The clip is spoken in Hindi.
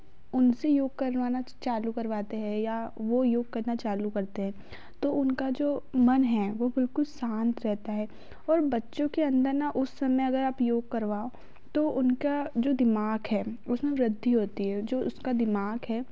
उनसे योग करवाना चा चालू करवाते हैं या वे योग करना चालू करते हैं तो उनका जो मन है वह बिल्कुल शांत रहता है और बच्चों के अन्दर उस समय अगर आप योग करवाओ तो उनका जो दिमाग है उसमें व्रिद्दधि होती है जो उसका दिमाग है